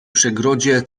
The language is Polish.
przegrodzie